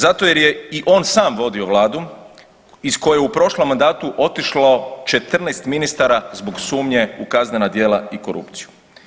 Zato jer je i on sam vodio Vladu iz koje je u prošlom mandatu otišlo 14 ministara zbog sumnje u kaznena djela i korupciju.